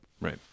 right